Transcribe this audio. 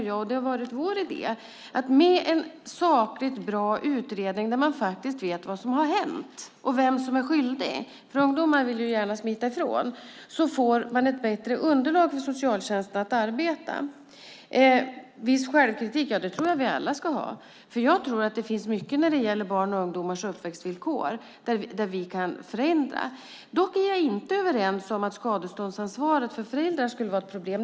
Vår idé är att man ska göra en sakligt bra utredning där man vet vad som har hänt och vem som är skyldig. Ungdomar vill ju gärna smita ifrån. Med en sådan utredning får man ett bättre underlag för socialtjänsten att arbeta efter. Jag tror att vi alla ska ha viss självkritik. Det finns mycket när det gäller barns och ungdomars uppväxtvillkor som vi kan förändra. Dock är jag inte överens om att skadeståndsansvaret för föräldrar skulle vara ett problem.